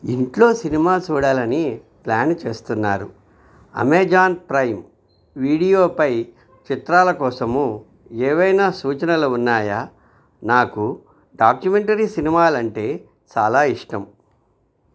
ఇంట్లో సినిమా చూడాలని ప్లాను చేస్తున్నారు అమెజాన్ ప్రైమ్ వీడియోపై చిత్రాల కోసము ఏవైనా సూచనలు ఉన్నాయా నాకు డాక్యుమెంటరీ సినిమాలంటే చాలా ఇష్టం